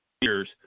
years